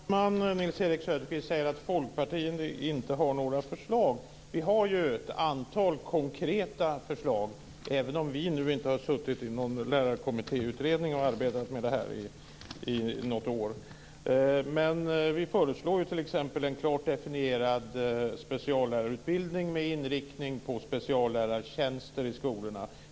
Fru talman! Nils-Erik Söderqvist säger att Folkpartiet inte har några förslag. Vi har ett antal konkreta förslag, även om vi inte har suttit i någon lärarkommitté och arbetat med en utredning av detta i ett antal år. Vi föreslår t.ex. en klart definierad speciallärarutbildning med inriktning på speciallärartjänster i skolorna.